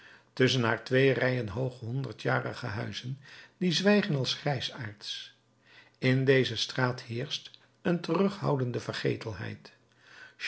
tusschen haar twee rijen hooge honderdjarige huizen die zwijgen als grijsaards in deze straat heerscht een terughoudende